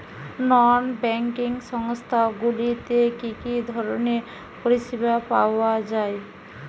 নন banking সংস্থা গুলিতে কি কি ধরনের পরিসেবা পাওয়া য়ায়?